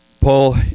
Paul